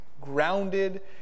grounded